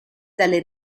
dalle